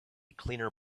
cleaner